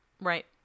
Right